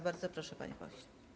Bardzo proszę, panie pośle.